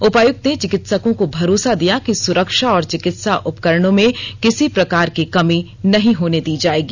उपायुक्त ने चिकित्सकों को भरोसा दिया कि सुरक्षा और चिकित्सा उपकरणों में किसी प्रकार की कमी नहीं होने दी जायेगी